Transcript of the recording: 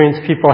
people